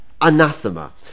Anathema